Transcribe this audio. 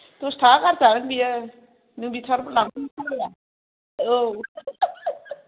दसथाखा गारजागोन बियो नों बिथारो लांफैथारोब्ला औ